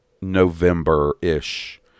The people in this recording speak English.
November-ish